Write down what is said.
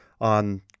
on